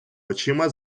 очима